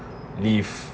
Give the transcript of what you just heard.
leave